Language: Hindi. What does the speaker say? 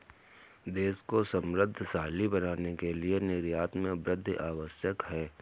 देश को समृद्धशाली बनाने के लिए निर्यात में वृद्धि आवश्यक है